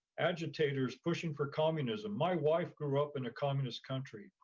agitators pushing for communism. my wife grew up in a communist country.